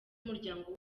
umuryango